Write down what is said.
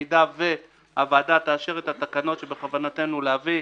אם הוועדה תאשר את התקנות שבכוונתנו להביא,